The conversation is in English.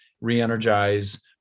re-energize